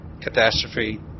catastrophe